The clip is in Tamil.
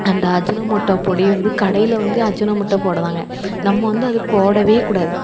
அந்த அஜினமோட்டோ பொடி வந்து கடையில் வந்து அஜினமோட்டோ போடுவாங்க நம்ம வந்து அது போடவே கூடாது